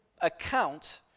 Account